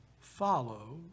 Follow